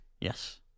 Yes